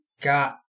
got